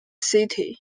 city